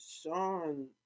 Sean